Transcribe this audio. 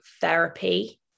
therapy